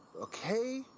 okay